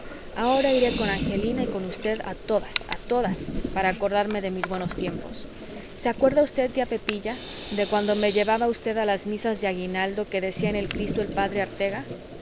ahora iré con angelina y con usted a todas a todas para acordarme de mis buenos tiempos se acuerda usted tía pepilla de cuando me llevaba usted a las misas de aguinaldo que decía en el cristo el p artega